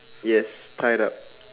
yes tied up